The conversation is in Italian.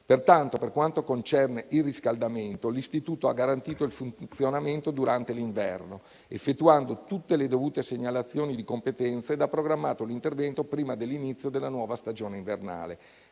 Pertanto, per quanto concerne il riscaldamento, l'Istituto ha garantito il funzionamento durante l'inverno effettuando tutte le dovute segnalazioni di competenza e ha programmato l'intervento prima dell'inizio della nuova stagione invernale.